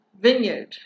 vineyard